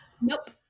Nope